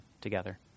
together